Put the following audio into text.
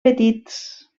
petits